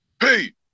hey